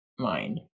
mind